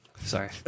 Sorry